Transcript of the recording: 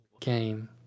game